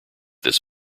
this